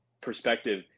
perspective